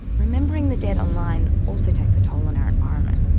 remembering the dead online also takes a toll on our environment.